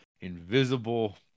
invisible